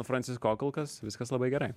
francisco kolkas viskas labai gerai